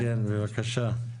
כן, בבקשה.